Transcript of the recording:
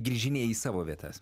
grįžinėji į savo vietas